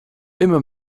immer